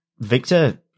Victor